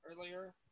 earlier